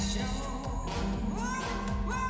Show